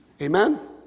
Amen